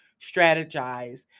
strategize